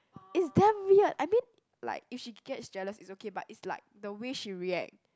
it's damn weird I mean like if she gets jealous it's okay but it's like the way she react